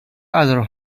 other